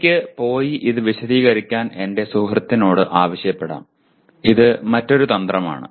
എനിക്ക് പോയി ഇത് വിശദീകരിക്കാൻ എന്റെ സുഹൃത്തിനോട് ആവശ്യപ്പെടാം ഇത് മറ്റൊരു തന്ത്രമാണ്